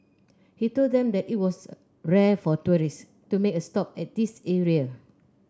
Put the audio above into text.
he told them that it was rare for tourists to make a stop at this area